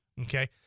Okay